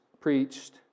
preached